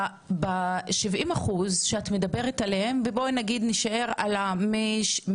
פתאום הכול נהיה שטוח במספרים.